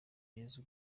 yesu